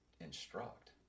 instruct